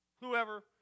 Whoever